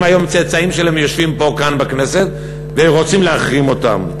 היום את הצאצאים שלהם יושבים כאן בכנסת ורוצים להחרים אותם.